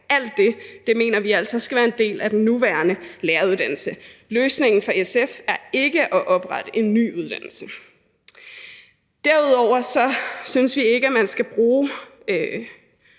Alt det mener vi altså skal være en del af den nuværende læreruddannelse. Løsningen for SF er ikke at oprette en ny uddannelse. Derudover synes vi ikke, man skal bruge